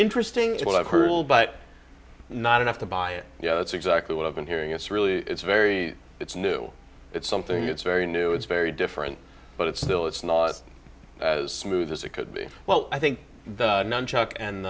interesting what i've heard all but not enough to buy it yeah it's exactly what i've been hearing it's really it's very it's new it's something it's very new it's very different but it's still it's not as smooth as it could be well i think the